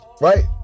Right